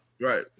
Right